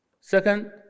Second